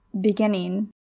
beginning